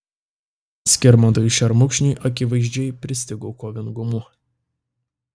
skirmantui šermukšniui akivaizdžiai pristigo kovingumo